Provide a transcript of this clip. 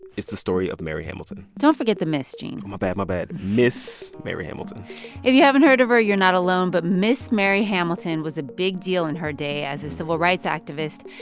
it's the story of mary hamilton don't forget the miss, gene my bad. my bad. miss mary hamilton if you haven't heard of her, you're not alone. but miss mary hamilton was a big deal in her day as a civil rights activist.